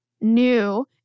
new